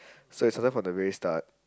so we started from the very start